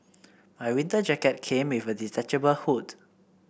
my winter jacket came with a detachable hood